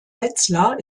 wetzlar